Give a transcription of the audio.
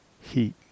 heat